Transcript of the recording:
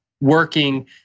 working